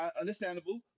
understandable